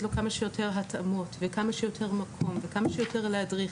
לו כמה שיותר התאמות וכמה שיותר מקום וכמה שיותר להדריך.